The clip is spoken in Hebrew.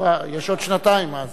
יש עוד שנתיים, אז.